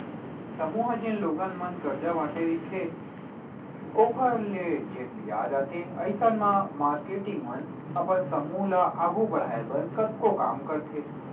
समूह ह जेन लोगन मन करजा बांटे रहिथे ओखर ले जेन बियाज आथे अइसन म मारकेटिंग मन अपन समूह ल आघू बड़हाय बर कतको काम करथे